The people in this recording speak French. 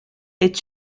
est